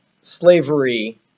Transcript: slavery